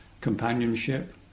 companionship